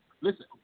Listen